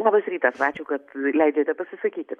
labas rytas ačiū kad leidžiate pasisakyti